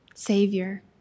Savior